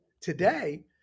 today